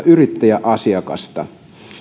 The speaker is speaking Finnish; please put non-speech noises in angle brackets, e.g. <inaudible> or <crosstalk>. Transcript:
<unintelligible> yrittäjäasiakasta